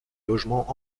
logement